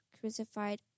crucified